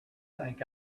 think